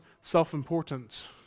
self-importance